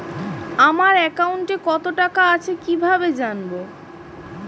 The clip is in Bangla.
আমার একাউন্টে টাকা কত আছে কি ভাবে জানবো?